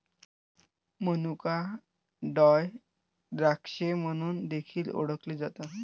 मनुका ड्राय द्राक्षे म्हणून देखील ओळखले जातात